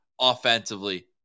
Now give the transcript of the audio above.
offensively